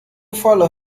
follow